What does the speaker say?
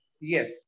yes